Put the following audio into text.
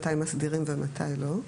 מתי מסדירים ומתי לא.